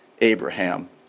Abraham